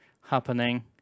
happening